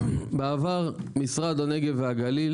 (באמצעות מצגת) בעבר משרד הנגב והגליל